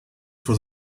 for